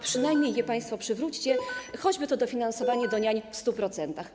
Przynajmniej je państwo przywróćcie, choćby to dofinansowanie do niań w 100%.